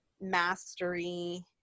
mastery